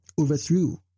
overthrew